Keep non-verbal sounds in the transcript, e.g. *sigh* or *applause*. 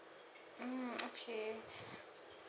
mm okay *breath*